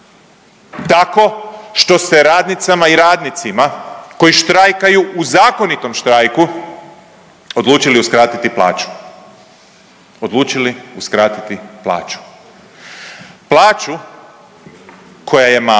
Tako što ste radnicama i radnicima koji štrajkaju u zakonitom štrajku odlučili uskratiti plaću, odlučili uskratiti plaću, plaću koja je mala,